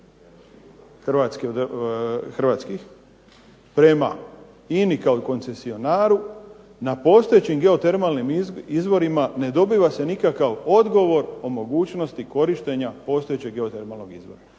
hrvatskih prema INA-i kao koncesionaru, na postojećim geotermalnim izvorima ne dobiva se nikakav odgovor o mogućnosti korištenja postojećeg geotermalnog izvora.